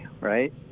right